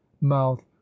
mouth